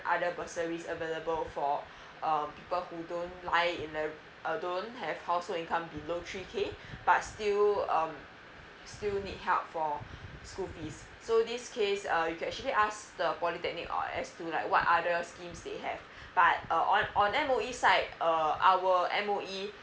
other bursaries available for um people who don't lie in the uh don't have household income below three K but still um still need help for school fees so this case uh you actually ask the polytechnic or ask to like what other schemes they have but uh on on M_O_E side err our M_O_E